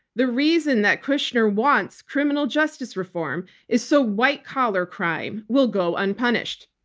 the reason that kushner wants criminal justice reform is so white collar crime will go unpunished.